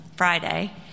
Friday